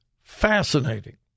Fascinating